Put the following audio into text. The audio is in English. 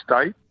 state